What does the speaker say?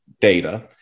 data